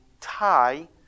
tie